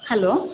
hello